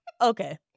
Okay